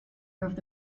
member